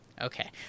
Okay